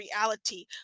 reality